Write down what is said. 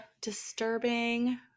disturbing